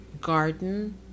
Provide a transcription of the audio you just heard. Garden